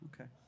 Okay